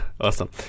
Awesome